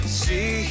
see